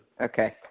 Okay